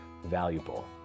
valuable